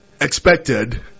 expected